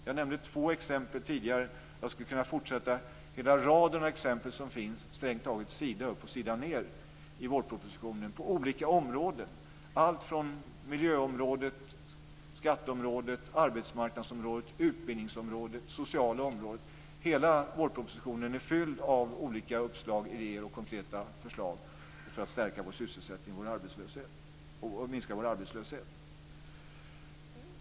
Jag nämnde två exempel tidigare och skulle kunna fortsätta med hela raden av exempel som finns strängt taget sida upp och sida ned i vårpropositionen. Det gäller på olika områden, allt - från miljöområdet, skatteområdet, arbetsmarknadsområdet och utbildningsområdet till det sociala området. Hela vårpropositionen är fylld av olika uppslag, idéer och konkreta förslag för att stärka sysselsättningen och minska arbetslösheten.